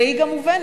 והיא גם מובנת,